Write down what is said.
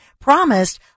promised